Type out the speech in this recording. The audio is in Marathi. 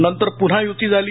नंतर प्न्हा य्ती झाली